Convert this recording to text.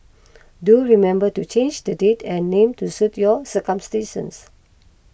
do remember to change the date and name to suit your circumstances